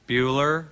Bueller